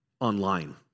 online